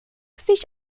sich